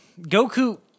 Goku